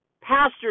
Pastors